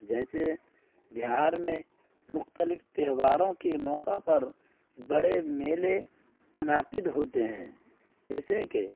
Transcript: جیسے بہار میں مختلف تہواروں کے موقع پر بڑے میلے منعقد ہوتے ہیں جیسے کہ